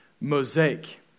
Mosaic